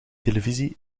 televisie